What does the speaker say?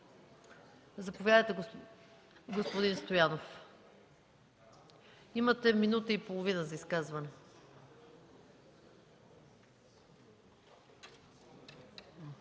Заповядайте, господин Стоянов, имате една минута и половина за изказване.